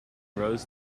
rose